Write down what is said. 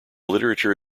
literature